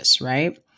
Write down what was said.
right